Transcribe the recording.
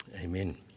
Amen